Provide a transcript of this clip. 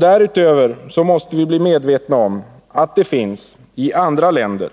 Därutöver måste vi bli medvetna om att det finns en kriminalitet i andra länder